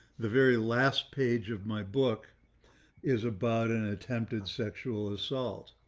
the very last page of my book is about an attempted sexual assault.